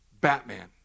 Batman